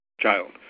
child